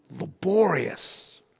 laborious